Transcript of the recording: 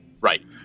Right